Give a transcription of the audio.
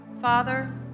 Father